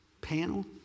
panel